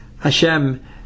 Hashem